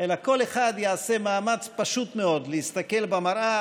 אלא כל אחד יעשה מאמץ פשוט מאוד להסתכל במראה